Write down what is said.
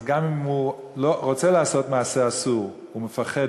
גם אם הוא רוצה לעשות מעשה אסור הוא מפחד,